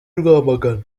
rwamagana